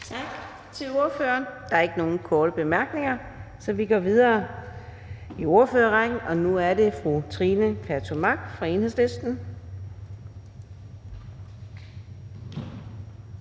Tak til ordføreren. Der er ikke nogen korte bemærkninger, så vi går videre i ordførerrækken. Nu er det fru Trine Pertou Mach fra Enhedslisten.